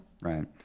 Right